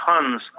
tons